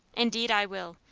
indeed i will,